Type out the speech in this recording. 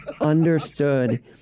Understood